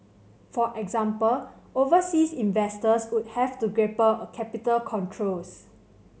for example overseas investors would have to grapple a capital controls